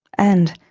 and,